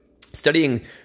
studying